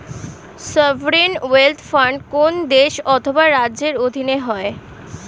sovereign wealth fund কোন দেশ অথবা রাজ্যের অধীনে হয়